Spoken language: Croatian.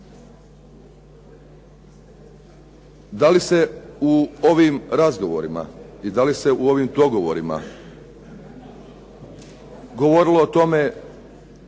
Da li se u ovi razgovorima i da li se u ovim dogovorima govorilo o tome